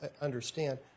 understand